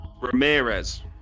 Ramirez